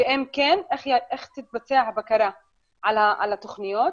ואם כן, איך תתבצע הבקרה על התוכניות?